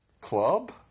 club